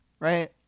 Right